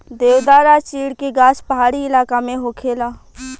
देवदार आ चीड़ के गाछ पहाड़ी इलाका में होखेला